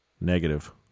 Negative